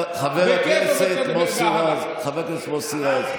חבר הכנסת מוסי רז,